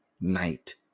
night